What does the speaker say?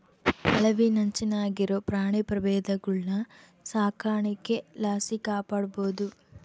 ಅಳಿವಿನಂಚಿನಾಗಿರೋ ಪ್ರಾಣಿ ಪ್ರಭೇದಗುಳ್ನ ಸಾಕಾಣಿಕೆ ಲಾಸಿ ಕಾಪಾಡ್ಬೋದು